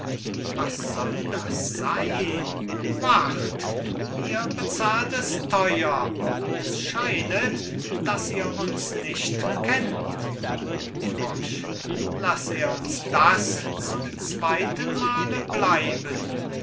was soll das seyn wart ihr bezahlt es theuer es scheinet daß ihr uns nicht kennt laß er uns das zum zweytenmale bleiben